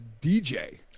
DJ